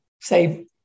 say